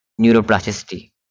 Neuroplasticity